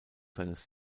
seines